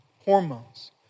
hormones